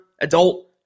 adult